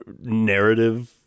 narrative